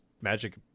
magic